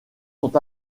sont